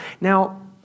Now